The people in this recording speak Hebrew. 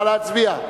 נא להצביע.